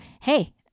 hey